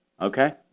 Okay